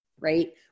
right